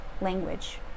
language